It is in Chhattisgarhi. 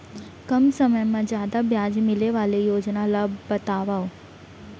कम समय मा जादा ब्याज मिले वाले योजना ला बतावव